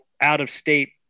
out-of-state